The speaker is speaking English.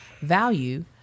value